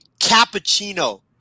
cappuccino